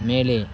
மேலே